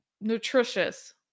nutritious